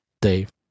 Dave